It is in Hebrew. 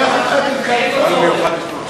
וגם מתחייב לא לדבר בטלפון,